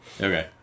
Okay